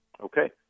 Okay